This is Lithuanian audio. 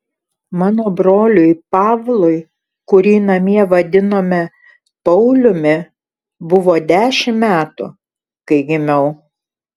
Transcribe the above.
mano broliui pavlui kurį namie vadinome pauliumi buvo dešimt metų kai gimiau